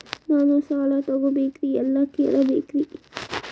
ನಾನು ಸಾಲ ತೊಗೋಬೇಕ್ರಿ ಎಲ್ಲ ಕೇಳಬೇಕ್ರಿ?